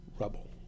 rubble